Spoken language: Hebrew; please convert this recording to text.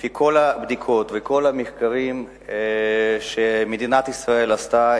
לפי כל הבדיקות ולפי כל המחקרים שמדינת ישראל עשתה,